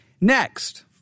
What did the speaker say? Next